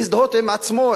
להזדהות עם עצמו,